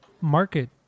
market